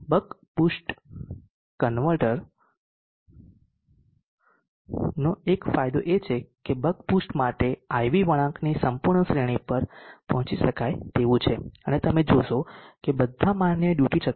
buck બૂસ્ટનો એક ફાયદો એ છે કે બક બૂસ્ટ માટે IV વળાંકની સંપૂર્ણ શ્રેણી પર પહોંચી શકાય તેવું છે અને તમે જોશો કે બધા માન્ય ડ્યુટી ચક્ર છે